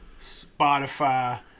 Spotify